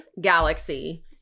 Galaxy